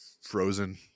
frozen